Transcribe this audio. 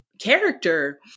character